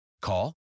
Call